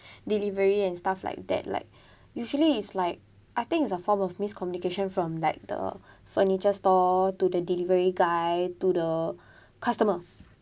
delivery and stuff like that like usually is like I think is a form of miscommunication from like the furniture store to the delivery guy to the customer